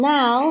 Now